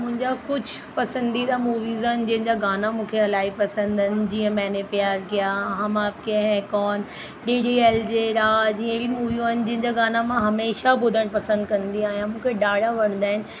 मुंहिंजा कुझु पसंदीदा मूवीज आहिनि जंहिंजा गाना मूंखे इलाही पसंदि आहिनि जीअं Maine Pyar Kiya Hum Aapke Hai Kaun D D L J Raaz हेड़ियूं मूवियूं आहिनि जंहिंजा गाना मां हमेशह ॿुधण पसंदि कंदी आहियां मूंखे ॾाढा वणदा आहिनि